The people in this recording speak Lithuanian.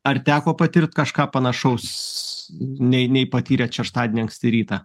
ar teko patirt kažką panašaus nei nei patyrėt šeštadienį anksti rytą